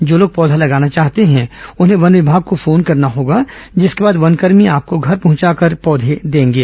जो लोग पौधा लगाना चाहते हैं उन्हें वन विभाग को फोन करना होगा जिसके बाद वनकर्मी आपको घर पहुंचाकर पौधे देंगे